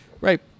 Right